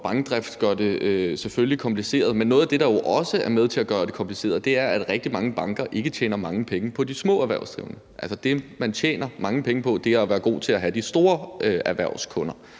bankdrift, selvfølgelig gør det kompliceret. Men noget af det, der også er med til at gøre det kompliceret, er, at rigtig mange banker ikke tjener mange penge på de små erhvervsdrivende. Det, man tjener mange penge på, er at være god til at have de store erhvervskunder